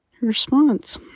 response